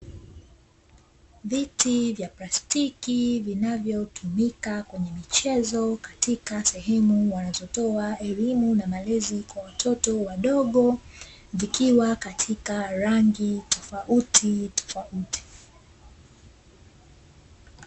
Viti vya plastiki vinavyotumika kwenye michezo katika sehemu wanazotoa elimu na maelezo kwa watoto wadogo, vikiwa katika rangi tofauti tofauti.